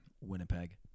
Winnipeg